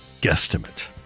guesstimate